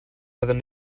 fyddwn